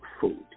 food